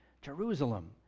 Jerusalem